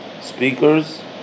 speakers